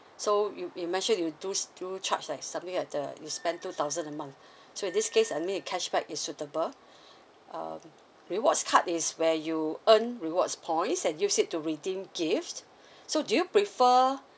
so you you mentioned you do do charge like something like the you spend two thousand a month so in this case I mean the cashback is suitable um rewards card is where you earn rewards point and use it to redeem gifts so do you prefer